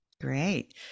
Great